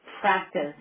practice